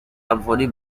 سمفونی